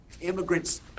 immigrants